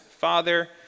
Father